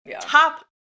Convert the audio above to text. Top